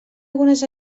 algunes